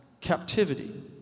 captivity